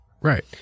Right